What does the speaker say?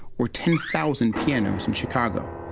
or ten thousand pianos, in chicago.